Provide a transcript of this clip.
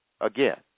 again